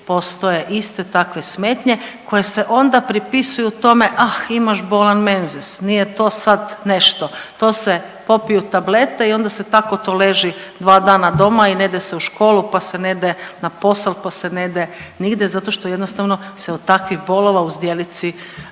postoje iste takve smetnje koje se onda pripisuju tome, ah imaš bolan menzes, nije to sa nešto. To se popiju tablete i onda se tako to leži dva dana doma i ne ide se u školu pa se ne ide na posao, pa se ne ide nigde zato što jednostavno se od takvih bolova u zdjelici